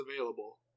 available